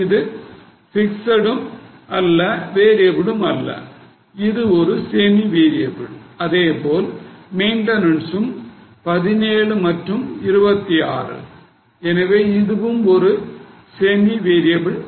எனவே இது fixed ம் அல்ல variable ம் அல்ல இது ஒரு semi variable அதேபோல் மெயின்டனன்ஸ்ம் 17 மற்றும் 26 எனவே இதுவும் ஒரு semi variable cost